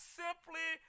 simply